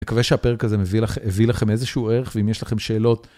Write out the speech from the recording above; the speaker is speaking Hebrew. אני מקווה שהפרק הזה מביא לכם איזשהו ערך, ואם יש לכם שאלות...